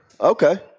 Okay